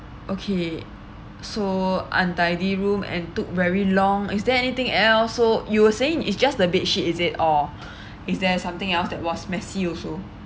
okay so untidy room and took very long is there anything else so you were saying it's just the bedsheet is it or is there something else that was messy also